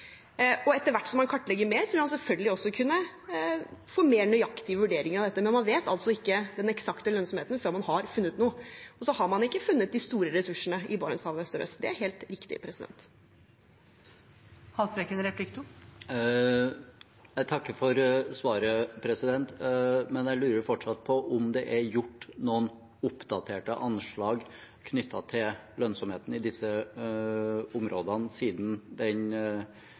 Etter hvert som man kartlegger mer, vil man selvfølgelig også kunne få mer nøyaktige vurderinger av dette, men man vet altså ikke den eksakte lønnsomheten før man har funnet noe. Så har man ikke funnet de store ressursene i Barentshavet sørøst – det er helt riktig. Jeg takker for svaret, men jeg lurer fortsatt på om det er gjort noen oppdaterte anslag knyttet til lønnsomheten i disse områdene siden